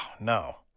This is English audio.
no